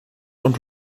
und